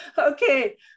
Okay